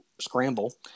scramble